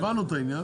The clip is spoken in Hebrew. הבנו את העניין.